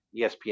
ESPN